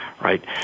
right